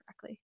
correctly